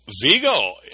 Vigo